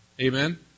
Amen